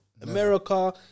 America